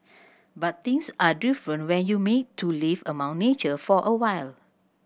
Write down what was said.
but things are different when you made to live among nature for awhile